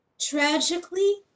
tragically